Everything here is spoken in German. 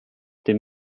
dem